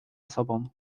sobą